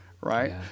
right